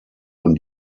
und